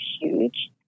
huge